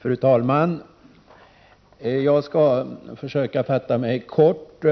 Fru talman! Jag skall försöka fatta mig kort